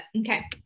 okay